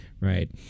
right